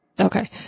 Okay